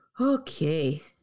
Okay